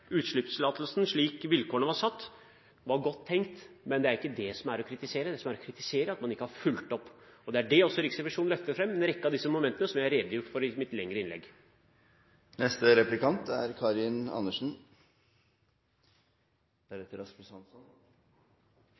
Utslippstillatelsen, slik vilkårene var satt, var godt tenkt, men det er ikke det som er å kritisere. Det som er å kritisere, er at man ikke har fulgt opp. Det er det også Riksrevisjonen løfter fram: en rekke av disse momentene som jeg har redegjort for i mitt lengre innlegg. Hoveddelen av den kritikken som saksordføreren baserer sitt synspunkt på, er